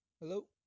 Hello